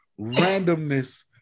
randomness